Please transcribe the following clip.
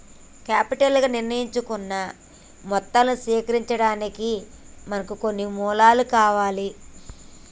capital గా నిర్ణయించుకున్న మొత్తాన్ని సేకరించడానికి మనకు కొన్ని మూలాలు కావాలి